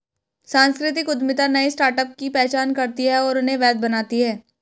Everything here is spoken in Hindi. सांस्कृतिक उद्यमिता नए स्टार्टअप की पहचान करती है और उन्हें वैध बनाती है